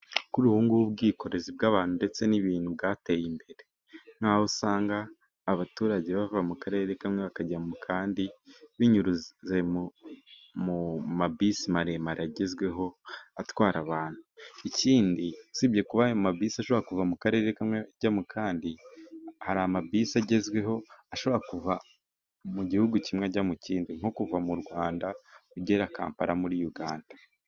Kuri ubungu ubwikorezi bw'abantu ndetse n'ibintu bwateye imbere, nk'aho usanga abaturage bava mu karere kamwe bakajya mu kandi binyuze mu mabisi maremare agezweho atwara abantu, ikindi usibye kuba ayo mabisi ashobora kuva mu karere kamwe ajya mu kandi, hari amabisi agezweho ashobora kuva mu gihugu kimwe ajya mu kindi nko kuva mu Rwanda ugera Kampala muri Uganda.